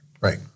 Right